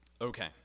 Okay